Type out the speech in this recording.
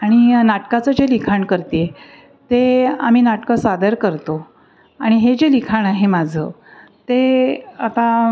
आणि नाटकाचं जे लिखाण करते आहे ते आम्ही नाटकं सादर करतो आणि हे जे लिखाण आहे माझं ते आता